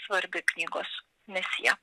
svarbi knygos misija